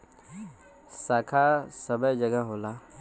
शाखा सबै जगह होला